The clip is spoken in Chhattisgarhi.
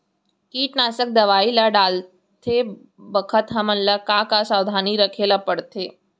कीटनाशक दवई ल डालते बखत हमन ल का का सावधानी रखें ल पड़थे?